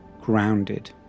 grounded